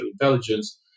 intelligence